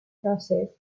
process